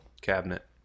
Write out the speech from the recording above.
cabinet